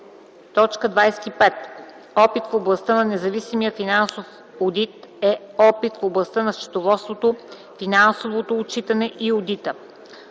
25. „Опит в областта на независимия финансов одит” е опитът в областта на счетоводството, финансовото отчитане и одита.